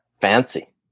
Fancy